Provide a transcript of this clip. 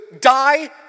die